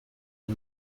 war